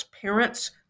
parents